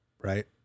right